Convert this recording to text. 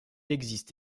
existe